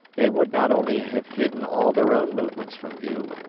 they would not only have hidden all their own movements from view,